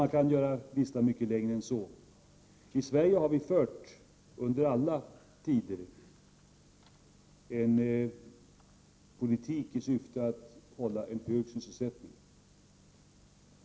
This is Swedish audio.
Man kan göra listan mycket längre än så. I Sverige har vi under alla tider fört en politik i syfte att hålla en hög sysselsättning.